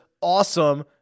awesome